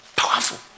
powerful